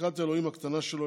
בחלקת אלוהים הקטנה שלו,